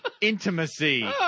intimacy